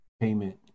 payment